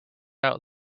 out